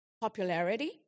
Popularity